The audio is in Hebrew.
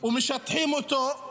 ומשטחים אותו,